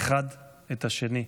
האחד את השני.